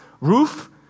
roof